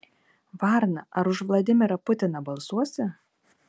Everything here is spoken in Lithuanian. varna ar už vladimirą putiną balsuosi